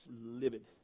livid